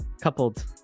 coupled